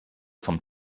vom